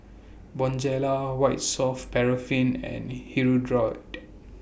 Bonjela White Soft Paraffin and Hirudoid